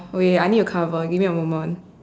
okay I need to cover give me a moment